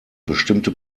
bestimmte